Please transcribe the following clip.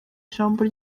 ijambo